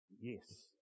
Yes